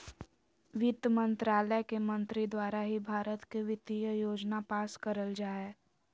वित्त मन्त्रालय के मंत्री द्वारा ही भारत के वित्तीय योजना पास करल जा हय